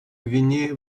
гвинея